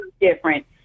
different